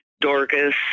Dorcas